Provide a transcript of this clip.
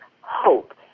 hope